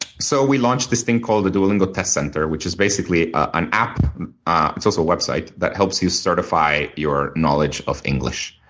so we launched this thing called the duolingo test center, which is basically an app it's also a website that helps you certify your knowledge of english.